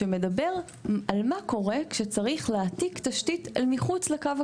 שמדבר על מה קורה אם צריך להעתיק תשתית אל מחוץ לקו הכחול.